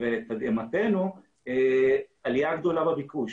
לתדהמתנו עלייה גדולה בביקוש.